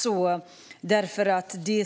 De